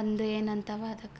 ಒಂದು ಏನು ಅಂತೇವೆ ಅದಕ್ಕೆ